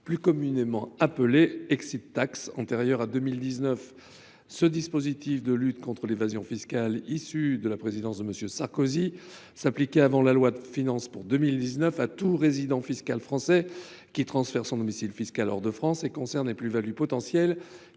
plus communément appelé, qui existait antérieurement à 2019. Ce dispositif de lutte contre l’évasion fiscale, issu de la présidence de M. Sarkozy, s’appliquait, avant la loi de finances pour 2019, à tout résident fiscal français transférant son domicile fiscal hors de France. Il concernait les plus values potentielles